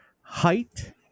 height